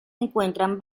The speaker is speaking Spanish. encuentran